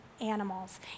animals